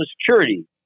security